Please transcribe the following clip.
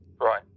Right